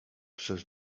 przez